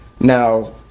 Now